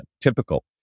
typical